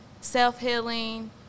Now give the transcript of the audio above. self-healing